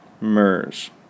MERS